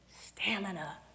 stamina